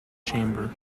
chamber